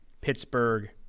Pittsburgh